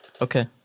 Okay